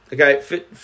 Okay